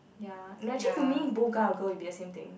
ya no actually to me both guy or girl will be a same thing